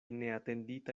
neatendita